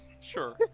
Sure